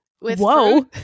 Whoa